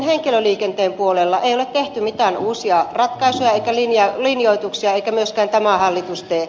henkilöliikenteen puolella ei ole tehty mitään uusia ratkaisuja eikä linjoituksia eikä myöskään tämä hallitus tee